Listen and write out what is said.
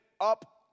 up